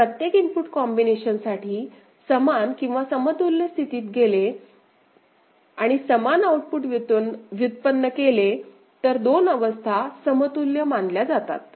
जर प्रत्येक इनपुट कॉम्बिनेशनसाठी समान किंवा समतुल्य स्थितीत गेले आणि समान आउटपुट व्युत्पन्न केले तर दोन अवस्था समतुल्य मानल्या जातात